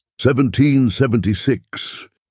1776